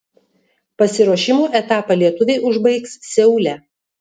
pasiruošimo etapą lietuviai užbaigs seule